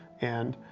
and